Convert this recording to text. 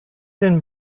den